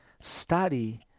study